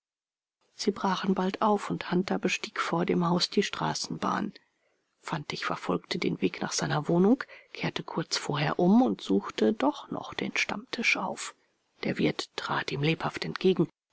sie brachen bald auf und hunter bestieg vor dem haus die straßenbahn fantig verfolgte den weg nach seiner wohnung kehrte kurz vorher um und suchte doch noch den stammtisch auf der wirt trat ihm lebhaft entgegen